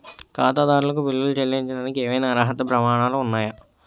ఖాతాదారులకు బిల్లులు చెల్లించడానికి ఏవైనా అర్హత ప్రమాణాలు ఉన్నాయా?